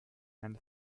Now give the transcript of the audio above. and